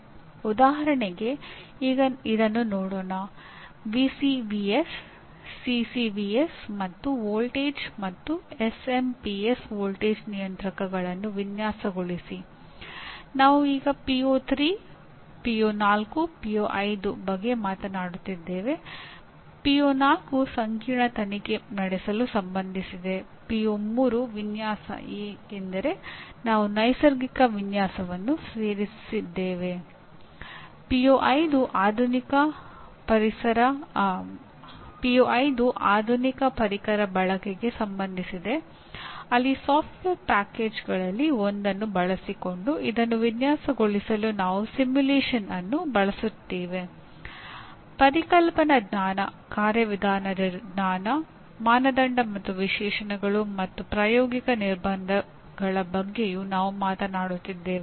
ಉದಾಹರಣೆಗೆ ಈಗ ಇದನ್ನು ನೋಡೋಣ ವಿಸಿವಿಎಸ್ ವಿನ್ಯಾಸ ಏಕೆಂದರೆ ನಾವು ನೈಸರ್ಗಿಕ ವಿನ್ಯಾಸವನ್ನು ಸೇರಿಸಿದ್ದೇವೆ